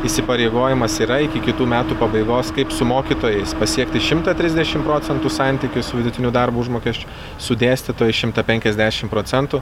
įsipareigojimas yra iki kitų metų pabaigos kaip su mokytojais pasiekti šimtą trisdešim procentų santykį su vidutiniu darbo užmokesčiu su dėstytojais šimtą penkiasdešim procentų